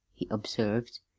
he observed.